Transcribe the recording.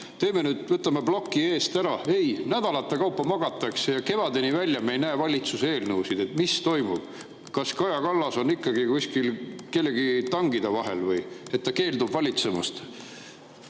võtame nüüd ploki eest ära. Ei, nädalate kaupa magatakse ja kevadeni välja me ei näe valitsuse eelnõusid. Mis toimub? Kas Kaja Kallas on ikkagi kuskil kellegi tangide vahel, et ta keeldub valitsemast?